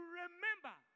remember